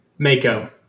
Mako